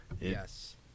Yes